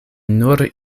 nur